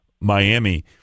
Miami